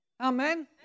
Amen